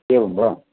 एवं वा